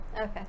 Okay